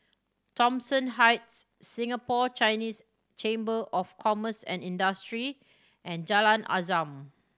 Thomson Heights Singapore Chinese Chamber of Commerce and Industry and Jalan Azam